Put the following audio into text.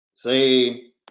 Say